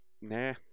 nah